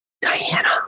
Diana